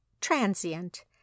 transient